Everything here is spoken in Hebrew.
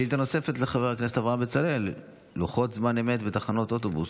שאילתה נוספת לחבר הכנסת אברהם בצלאל: לוחות זמן אמת בתחנות אוטובוס.